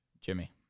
Jimmy